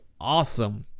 awesome